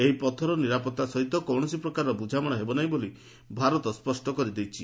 ଏହି ପଥର ନିରାପତ୍ତା ସହିତ କୌଣସି ପ୍ରକାର ବୃଝାମଣା ହେବ ନାହିଁ ବୋଲି ଭାରତ ସ୍ୱଷ୍ଟ କରିଦେଇଛି